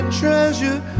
treasure